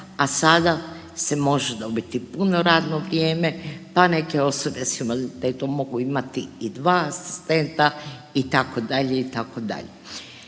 a sada se može dobiti puno radno vrijeme, pa neke osobe s invaliditetom mogu imati i dva asistenta itd.,